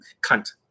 cunt